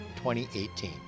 2018